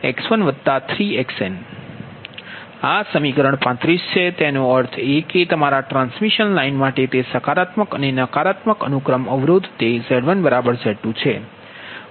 તેથી X0X13Xn આ સમીકરણ 35 છે તેનો અર્થ એ કે તમારા ટ્રાન્સમિશન લાઇન માટે તે સકારાત્મક અને નકારાત્મક અનુક્રમ અવરોધ તે Z1Z2 છે